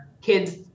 kids